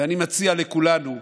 ואני מציע לכולנו,